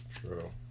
True